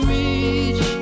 reach